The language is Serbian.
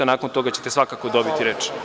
Nakon toga ćete svakako dobiti reč.